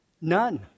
None